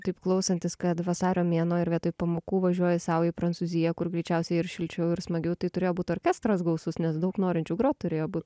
taip klausantis kad vasario mėnuo ir vietoj pamokų važiuoji sau į prancūziją kur greičiausiai ir šilčiau ir smagiau tai turėjo būt orkestras gausus nes daug norinčių grot turėjo būt